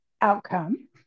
outcome